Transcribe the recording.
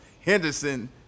Henderson